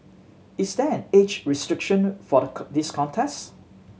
is there an age restriction for the this contest